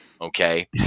Okay